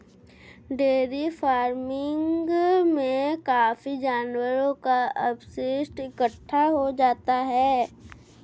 dairy farming में काफी जानवरों का अपशिष्ट इकट्ठा हो जाता है